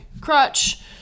crutch